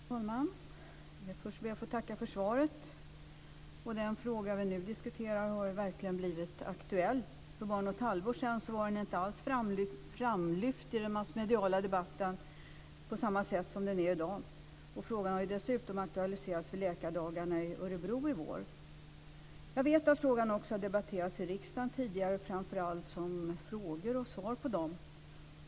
Fru talman! Först ber jag att få tacka för svaret. Den fråga som vi nu diskuterar har verkligen blivit aktuell. För bara något halvår sedan vad den inte alls famlyft i den massmediala debatten på samma sätt som den är i dag. Frågan har dessutom aktualiserats vid läkardagarna i Örebro i vår. Jag vet att frågan också debatterats i riksdagen tidigare, framför allt som svar på frågor.